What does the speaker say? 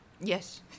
Yes